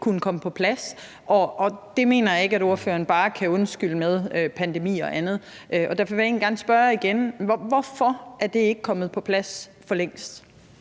kunnet komme på plads. Og det mener jeg ikke at ordføreren bare kan undskylde med pandemi og andet. Og derfor vil jeg egentlig gerne spørge igen: Hvorfor er det ikke kommet på plads for længst?